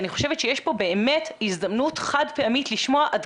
אני חושבת שיש פה הזדמנות חד פעמית לשמוע עד